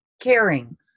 caring